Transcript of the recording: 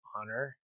honor